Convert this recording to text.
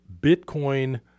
Bitcoin